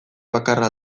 bakarra